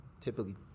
typically